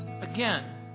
Again